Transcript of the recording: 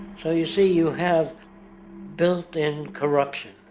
so you see, you have built-in corruption.